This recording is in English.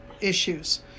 issues